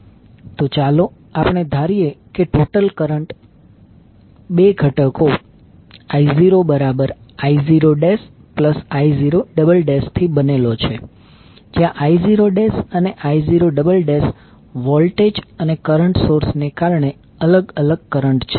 તો ચાલો આપણે ધારીએ કે ટોટલ કરંટ બે ઘટકો I0I0I0 થી બનેલો છે જ્યાં I0 અને I0 વોલ્ટેજ અને કરંટ સોર્સને કારણે અલગ અલગ કરંટ છે